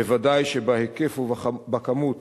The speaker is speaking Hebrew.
ודאי שבהיקף ובכמות